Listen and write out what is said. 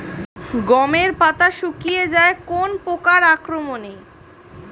গমের পাতা শুকিয়ে যায় কোন পোকার আক্রমনে?